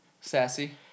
Sassy